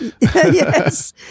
Yes